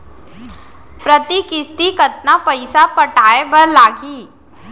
प्रति किस्ती कतका पइसा पटाये बर लागही?